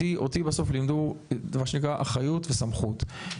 אותי בסוף לימדו דבר שנקרא אחריות וסמכות.